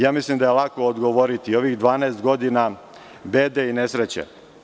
Ja mislim da je lako odgovoriti – ovih 12 godina bede i nesreće.